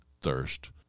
thirst